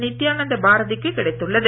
நித்தியானந்த பாரதிக்கு கிடைத்துள்ளது